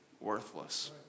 worthless